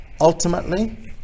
ultimately